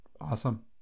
awesome